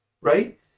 right